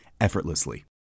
effortlessly